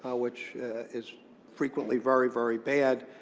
which is frequently very, very bad,